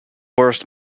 worst